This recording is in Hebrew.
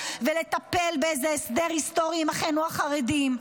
ולטפל באיזה הסדר היסטורי עם אחינו החרדים.